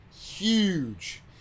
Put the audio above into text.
huge